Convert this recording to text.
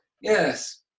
Yes